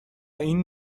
این